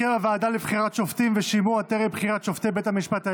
הרכב הוועדה לבחירת שופטים ושימוע טרם בחירת שופטי בית המשפט העליון),